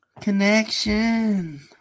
Connection